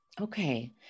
Okay